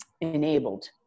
enabled